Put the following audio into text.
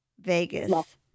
Vegas